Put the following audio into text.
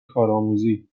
کارآموزی